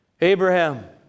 Abraham